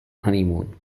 honeymoon